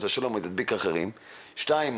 וחס ושלום הדביק אחרים, דבר שני,